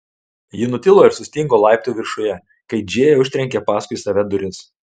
ji nutilo ir sustingo laiptų viršuje kai džėja užtrenkė paskui save duris